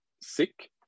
sick